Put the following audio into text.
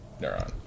neuron